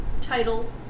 title